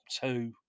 two